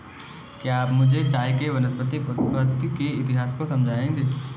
क्या आप मुझे चाय के वानस्पतिक उत्पत्ति के इतिहास को समझाएंगे?